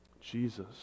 Jesus